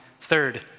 Third